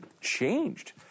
changed